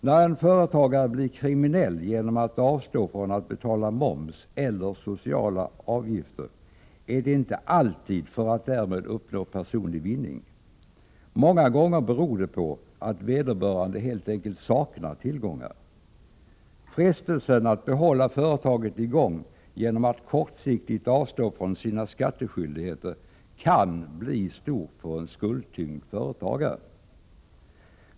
När en företagare blir kriminell genom att avstå från att betala moms eller sociala avgifter, är det inte alltid för att därmed uppnå personlig vinning. Många gånger beror det på att vederbörande helt enkelt saknar tillgångar. Frestelsen att hålla företaget i gång genom att kortsiktigt underlåta att fullgöra sina skattskyldigheter kan bli stor för en skuldtyngd företagare.